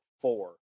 four